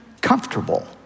comfortable